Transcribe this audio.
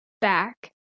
back